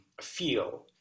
feel